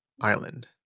Island